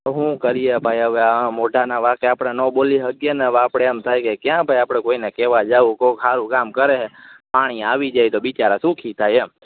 હું કરીયે ભાઈ હવે આ મોઢાના વાંકે આપડે ન બોલી હકીયે હવે આપડે એમ થાયે કે ક્યાં ભાઈ આપણે કોઈને કેવા જાવું કોક હારું કામ કરે પાણી આવી જાયે તો બિચારા સુખી થાયે એમ